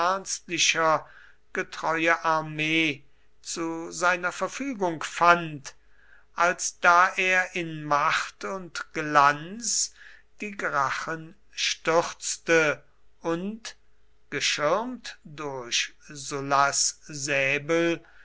getreue armee zu seiner verfügung fand als da er in macht und glanz die gracchen stürzte und geschirmt durch sullas säbel